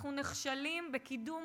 אנחנו נכשלים בקידום